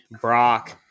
Brock